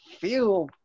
feel